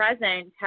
present